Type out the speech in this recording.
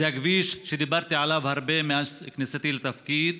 זה כביש שדיברתי עליו הרבה מאז כניסתי לתפקיד